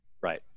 Right